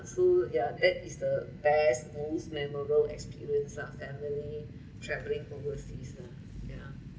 so ya that is the best most memorable experience ah family travelling overseas lah ya